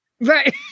Right